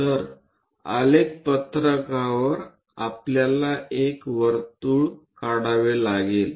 तर आलेख पत्रकावर आपल्याला एक वर्तुळ काढावे लागेल